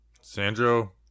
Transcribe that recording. Sandro